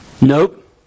Nope